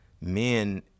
men